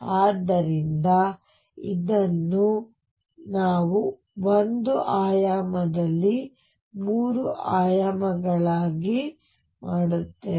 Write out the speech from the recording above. ಆದ್ದರಿಂದ ಇದನ್ನು ನಾವು 1 ಆಯಾಮದಲ್ಲಿ 3 ಆಯಾಮಗಳಲ್ಲಿ ಮಾಡುತ್ತೇವೆ